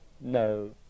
no